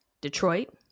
Detroit